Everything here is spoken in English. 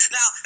Now